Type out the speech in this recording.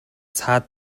саад